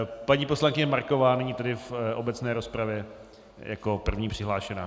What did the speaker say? Paní poslankyně Marková nyní tedy v obecné rozpravě jako první přihlášená.